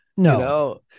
No